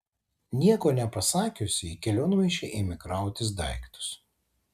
nieko nepasakiusi į kelionmaišį ėmė krautis daiktus